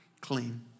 clean